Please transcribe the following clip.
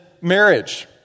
marriage